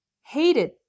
hated